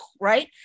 right